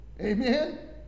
Amen